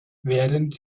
während